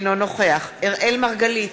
אינו נוכח אראל מרגלית,